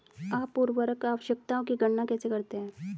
आप उर्वरक आवश्यकताओं की गणना कैसे करते हैं?